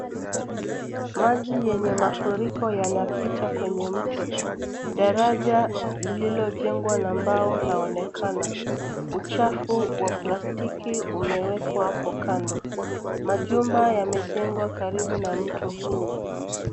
Maji yenye mafuriko yanapita kwenye mto. Daraja lililojengwa na mbao laonekana. Uchafu wa plastiki umewekwa hapo kando .Majumba yamejengwa karibu na mto huu.